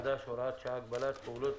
(הוראת שעה) (הגבלת פעילות